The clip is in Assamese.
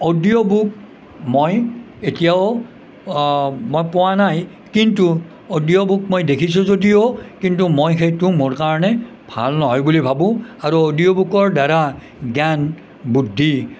অ'ডিঅ' বুক মই এতিয়াও মই পোৱা নাই কিন্তু অ'ডিঅ' বুক মই দেখিছোঁ যদিও কিন্তু মই সেইটো মোৰ কাৰণে ভাল নহয় বুলি ভাবোঁ আৰু অ'ডিঅ' বুকৰ দ্বাৰা জ্ঞান বুদ্ধি